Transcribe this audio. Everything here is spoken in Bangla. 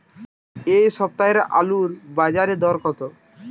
এ সপ্তাহে আলুর বাজারে দর কত?